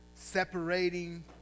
separating